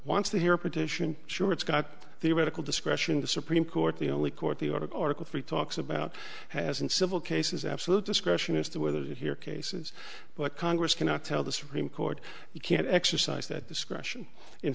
wants to hear a petition sure it's got theoretical discretion the supreme court the only court the article article three talks about has in civil cases absolute discretion as to whether to hear cases but congress cannot tell the supreme court you can't exercise that discretion in